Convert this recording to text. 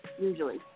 Usually